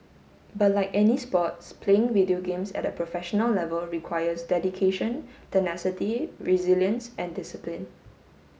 but like any sports playing video games at a professional level requires dedication tenacity resilience and discipline